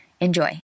Enjoy